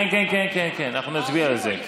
כן כן כן, אנחנו נצביע על זה.